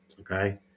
Okay